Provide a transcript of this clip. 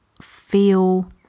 feel